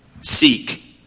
Seek